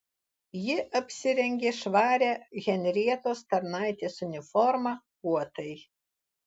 ji apsirengė švarią henrietos tarnaitės uniformą puotai